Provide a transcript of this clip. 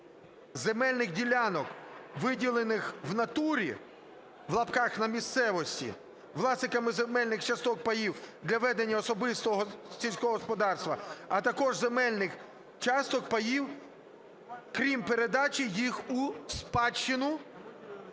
земельних ділянок виділених в натурі (на місцевості) власниками земельних часток (паїв) для ведення особистого сільського господарства, а також земельних часток (паїв) , крім передачі їх у спадщину,